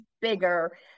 bigger